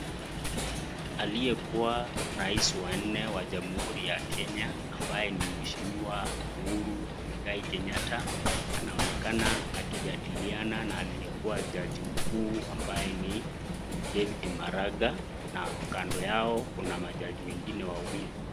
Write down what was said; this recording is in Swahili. Aliyekuwa rais wa nne wa jamhuri ya Kenya ambaye ni mheshimiwa Uhuru Muigai Kenyatta ,anaonekana kaijadiliana na aliyekuwa jaji mkuu ambaye ni David Maraga na kando yao kuna majaji wengine wawili.